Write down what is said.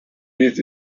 this